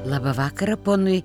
labą vakarą ponui